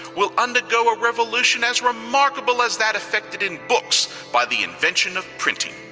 will undergo a revolution as remarkable as that effected in books by the invention of printing.